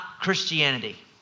Christianity